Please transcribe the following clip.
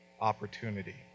opportunity